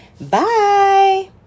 Bye